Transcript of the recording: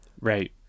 right